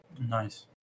Nice